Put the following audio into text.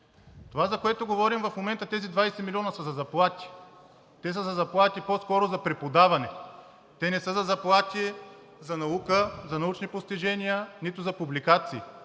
Това, за което говорим в момента – тези 20 милиона са за заплати. Те са за заплати по-скоро за преподаване, те не са за заплати за наука, за научни постижения, нито за публикации.